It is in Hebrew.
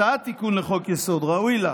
הצעת תיקון לחוק-יסוד ראוי לה